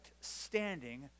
standing